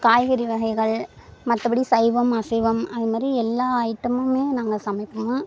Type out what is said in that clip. காய்கறி வகைகள் மற்றபடி சைவம் அசைவம் அது மாதிரி எல்லா ஐட்டமுமே நாங்கள் சமைப்போம்